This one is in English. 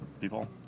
people